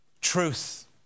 truth